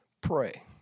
pray